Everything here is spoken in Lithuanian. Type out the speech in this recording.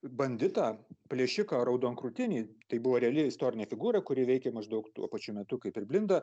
banditą plėšiką raudonkrūtinį tai buvo reali istorinė figūra kuri veikė maždaug tuo pačiu metu kaip ir blinda